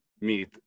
meet